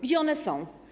Gdzie one są?